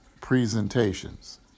presentations